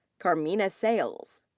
carmina sales.